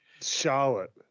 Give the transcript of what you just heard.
Charlotte